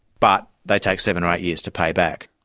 but they take seven or eight years to pay back.